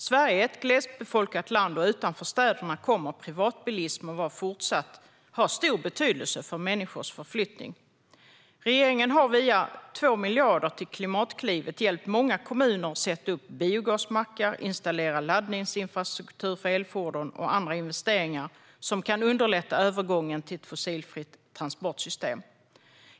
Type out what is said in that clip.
Sverige är ett glesbefolkat land, och utanför städerna kommer privatbilismen att fortsätta att ha stor betydelse för människors förflyttning. Regeringen har via 2 miljarder till Klimatklivet hjälpt många kommuner att sätta upp biogasmackar, att installera laddinfrastruktur för elfordon och med andra investeringar som kan underlätta övergången till ett fossilfritt transportsystem.